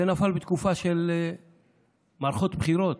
זה נפל בתקופה של מערכות בחירות.